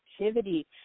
activity